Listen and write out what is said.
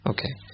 Okay